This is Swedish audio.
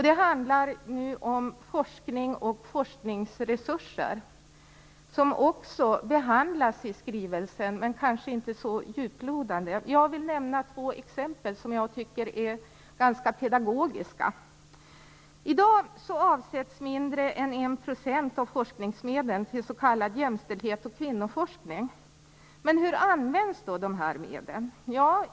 Det handlar om forskning och forskningsresurser, som också behandlas i skrivelsen, men kanske inte så djuplodande. Jag vill nämna två exempel som jag tycker är ganska pedagogiska. I dag avsätts mindre än 1 % av forskningsmedlen till s.k. jämställdhets och kvinnoforskning. Men hur används dessa medel?